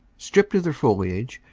stripped of their foliage,